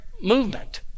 movement